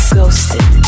Ghosted